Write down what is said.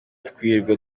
twirirwa